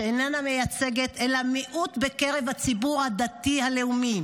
שאיננה מייצגת אלא מיעוט בקרב הציבור הדתי הלאומי.